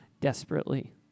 desperately